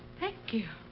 thank you.